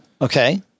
Okay